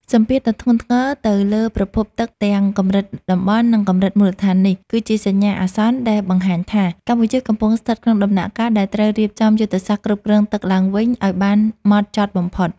សម្ពាធដ៏ធ្ងន់ធ្ងរទៅលើប្រភពទឹកទាំងកម្រិតតំបន់ និងកម្រិតមូលដ្ឋាននេះ គឺជាសញ្ញាអាសន្នដែលបង្ហាញថា កម្ពុជាកំពុងស្ថិតក្នុងដំណាក់កាលដែលត្រូវរៀបចំយុទ្ធសាស្ត្រគ្រប់គ្រងទឹកឡើងវិញឱ្យបានម៉ត់ចត់បំផុត។